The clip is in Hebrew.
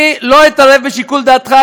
אני לא אתערב בשיקול דעתך,